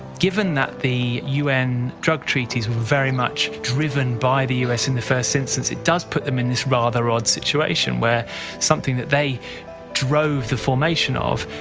given that the un drug treaties were very much driven by the u s. in the first instance, it does put them in this rather odd situation where something that they drove the formation of,